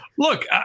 Look